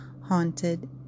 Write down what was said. Haunted